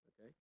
okay